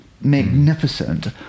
magnificent